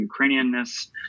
Ukrainianness